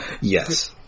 Yes